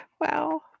Wow